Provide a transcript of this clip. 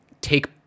take